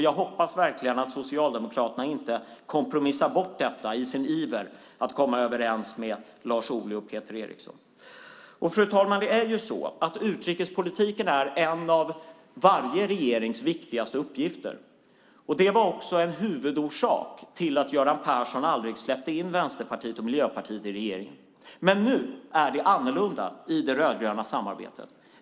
Jag hoppas verkligen att Socialdemokraterna inte kompromissar bort detta i sin iver att komma överens med Lars Ohly och Peter Eriksson. Fru talman! Utrikespolitiken är en av varje regerings viktigaste uppgifter. Det var också en huvudorsak till att Göran Persson aldrig släppte in Vänsterpartiet och Miljöpartiet i regeringen. Nu är det annorlunda i det rödgröna samarbetet.